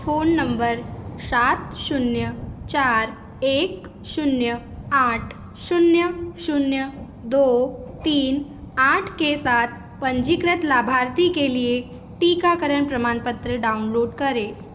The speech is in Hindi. फ़ोन नंबर सात शून्य चार एक शून्य आठ शून्य शून्य दो तीन आठ के साथ पंजीकृत लाभार्थी के लिए टीकाकरण प्रमाणपत्र डाउनलोड करें